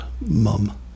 Mum